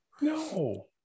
no